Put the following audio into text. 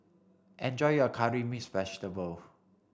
enjoy your curry mixed vegetable